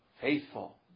Faithful